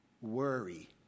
worry